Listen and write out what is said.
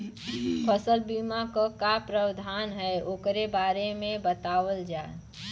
फसल बीमा क का प्रावधान हैं वोकरे बारे में बतावल जा?